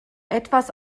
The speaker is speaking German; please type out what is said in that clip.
etwas